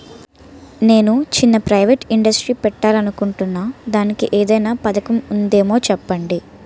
నేను చిన్న private industry పెట్టాలి అనుకుంటున్నా దానికి ఏదైనా పథకం ఉందేమో చెప్పండి?